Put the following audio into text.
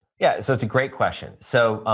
yeah yes. that's a great question. so,